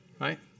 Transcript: right